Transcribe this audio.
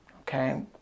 okay